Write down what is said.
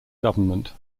government